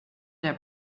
der